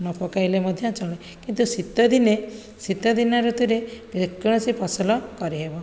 ନ ପକାଇଲେ ମଧ୍ୟ ଚଳେ କିନ୍ତୁ ଶୀତଦିନେ ଶୀତଦିନ ଋତୁରେ କୌଣସି ଫସଲ କରିହେବ